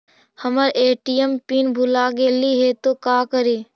हमर ATM PIN भूला गेली हे, तो का करि?